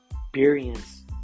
experience